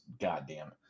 goddamn